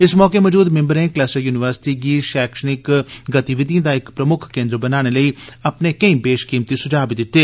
इस मौके मौजूद मैम्बरें कलस्टर युनिवर्सिटी गी बैक्षिक गतिविधिएं दा इक प्रमुक्ख केन्द्र बनाने लेई अपने केई बेषकीमती सुझाऽ बी दित्ते